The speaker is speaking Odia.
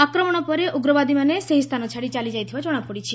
ଆକ୍ରମଣ ପରେ ଉଗ୍ରବାଦୀମାନେ ସେହି ସ୍ଥାନ ଛାଡ଼ି ଚାଲିଯାଇଥିବା ଜଣାପଡ଼ିଛି